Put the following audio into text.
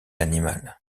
animal